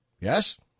Yes